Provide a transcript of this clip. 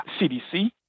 CDC